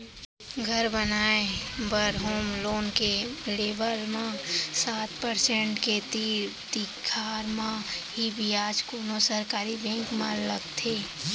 घर बनाए बर होम लोन के लेवब म सात परसेंट के तीर तिखार म ही बियाज कोनो सरकारी बेंक म लगथे